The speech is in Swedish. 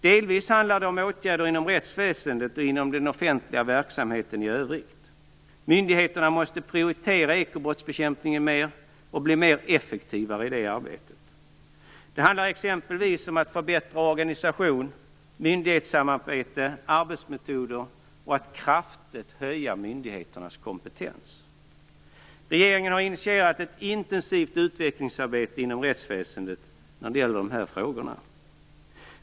Delvis handlar det om åtgärder inom rättsväsendet och inom den offentliga verksamheten i övrigt. Myndigheterna måste prioritera ekobrottsbekämpningen högre och bli mer effektiva i det arbetet. Det handlar exempelvis om att förbättra organisationen, myndighetssamarbete, arbetsmetoder och att kraftigt höja myndigheternas kompetens. Regeringen har initierat ett intensivt utvecklingsarbete inom rättsväsendet när det gäller dessa frågor.